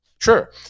Sure